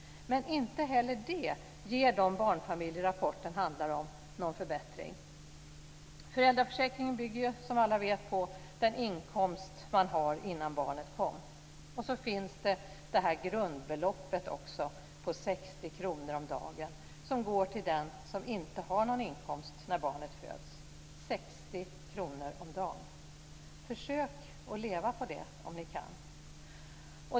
Men inte heller detta ger de barnfamiljer rapporten handlar om någon förbättring. Föräldraförsäkringen bygger ju, som alla vet, på den inkomst man hade innan barnet kom. Sedan finns grundbeloppet på 60 kr om dagen, som går till den som inte har någon inkomst när barnet föds. 60 kr om dagen! Försök att leva på det om ni kan.